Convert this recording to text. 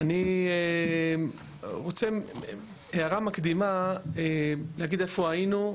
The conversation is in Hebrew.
אני רוצה הערה מקדימה להגיד איפה היינו,